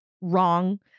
wrong